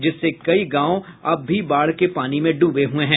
जिससे कई गांव अब भी बाढ़ के पानी में डूबे हुये हैं